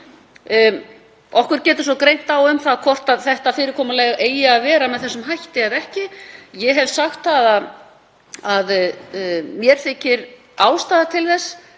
Okkur getur greint á um hvort fyrirkomulagið eigi að vera með þessum hætti eða ekki. Ég hef sagt að mér þykir ástæða til